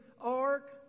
ark